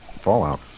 Fallout